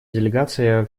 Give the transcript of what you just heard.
делегация